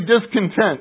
discontent